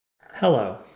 Hello